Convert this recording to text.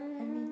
I mean